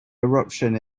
eruption